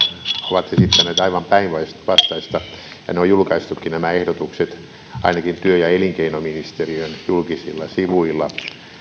ovat esittäneet aivan päinvastaista ja nämä ehdotukset on julkaistukin ainakin työ ja elinkeinoministeriön julkisilla sivuilla